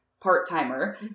part-timer